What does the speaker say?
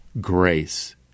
grace